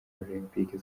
olympique